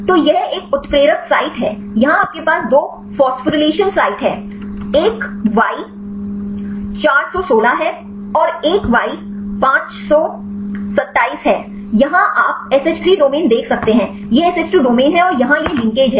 तो यह एक उत्प्रेरक साइट है यहाँ आपके पास दो फोस्फोरीलेशन साइट है एक वाई 416 है एक और वाई 527 है यहाँ आप SH3 डोमेन देख सकते हैं यह SH2 डोमेन है और यहाँ यह लिंकेज है